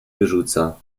wyrzuca